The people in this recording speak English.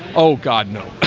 oh god? no